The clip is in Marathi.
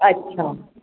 अच्छा